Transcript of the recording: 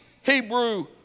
Hebrew